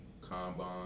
combine